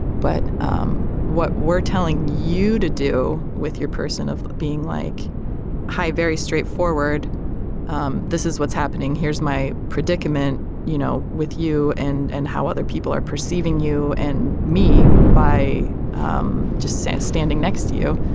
but um what we're telling you to do with your person of being like hi very straightforward um this is what's happening. here's my predicament you know with you and and how other people are perceiving you and me by um just standing next to you.